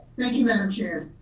thank you, madam chair.